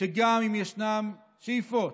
שגם אם ישנן שאיפות,